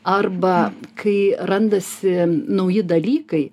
arba kai randasi nauji dalykai